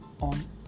on